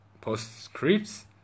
postscripts